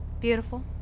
Beautiful